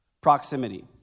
proximity